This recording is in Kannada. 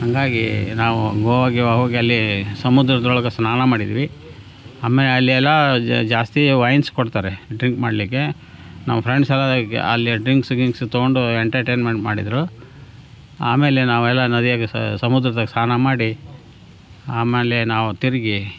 ಹಂಗಾಗಿ ನಾವು ಗೋವ ಗೀವ ಹೋಗಿ ಅಲ್ಲಿ ಸಮುದ್ರದೊಳಗೆ ಸ್ನಾನ ಮಾಡಿದ್ವಿ ಆಮೇಲೆ ಅಲ್ಲೆಲ್ಲಾ ಜಾಸ್ತಿ ವೈನ್ಸ್ ಕೊಡ್ತಾರೆ ಡ್ರಿಂಕ್ ಮಾಡಲಿಕ್ಕೆ ನಾವು ಫ್ರೆಂಡ್ಸ್ ಎಲ್ಲ ಅಲ್ಲಿ ಡ್ರಿಂಕ್ಸ್ ಗಿಂಕ್ಸ್ ತಗೊಂಡು ಎಂಟೆಟೈನ್ಮೆಂಟ್ ಮಾಡಿದರು ಆಮೇಲೆ ನಾವು ಎಲ್ಲ ನದಿಯಾಗೆ ಸಮುದ್ರದೊಳಗೆ ಸ್ನಾನ ಮಾಡಿ ಆಮೇಲೆ ನಾವು ತಿರುಗಿ